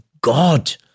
God